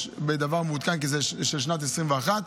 כי זה של שנת 2021,